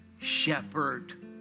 shepherd